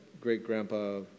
great-grandpa